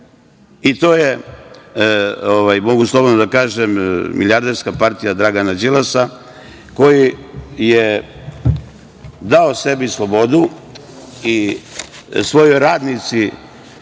i to je, mogu slobodno da kažem, milijarderska partija Dragana Đilasa koji je dao sebi slobodu i svojoj radnici